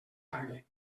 pague